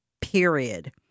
period